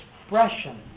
expression